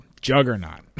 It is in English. juggernaut